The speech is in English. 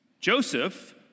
Joseph